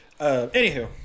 Anywho